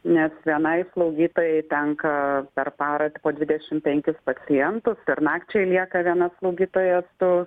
nes vienai slaugytojai tenka per parą po dvidešimt penkis pacientus per nakčiai lieka viena slaugytoja su